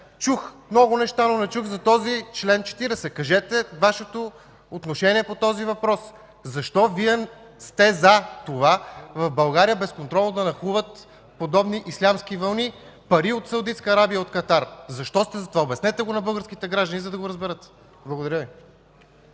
Чух много неща, но не чух за този чл. 40. Кажете Вашето отношение по този въпрос. Защо Вие сте за това в България безконтролно да нахлуват подобни ислямски вълни – пари от Саудитска Арабия и от Катар?! Защо сте за това? Обяснете го на българските граждани, за да го разберат. Благодаря Ви.